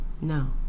no